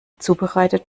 zubereitet